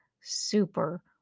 super